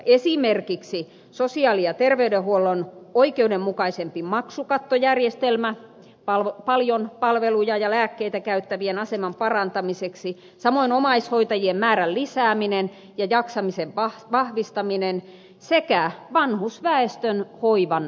esimerkiksi sosiaali ja terveydenhuollon oikeudenmukaisempi maksukattojärjestelmä paljon palveluja ja lääkkeitä käyttävien aseman parantamiseksi samoin omaishoitajien määrän lisääminen ja jaksamisen vahvistaminen sekä vanhusväestön hoivan parantaminen